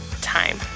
time